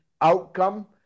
outcome